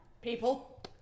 people